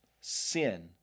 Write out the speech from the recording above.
Sin